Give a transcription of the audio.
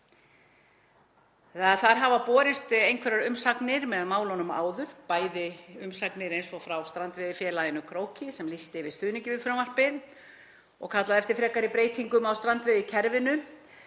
Það hafa borist einhverjar umsagnir með málinu áður, bæði umsagnir eins og frá Strandveiðifélaginu Króki, sem lýsti yfir stuðningi við frumvarpið og kallaði eftir frekari breytingum á strandveiðikerfinu,